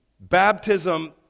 Baptism